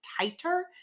tighter